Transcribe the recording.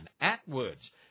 Atwood's